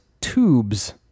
Tubes